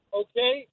okay